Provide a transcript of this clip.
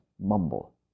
mumble